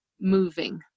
moving